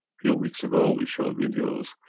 few weeks ago we showed videos